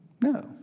No